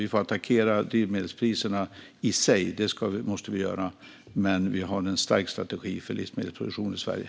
Vi får attackera drivmedelspriserna i sig - det måste vi göra. Men vi har en stark strategi för livsmedelsproduktion i Sverige.